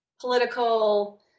Political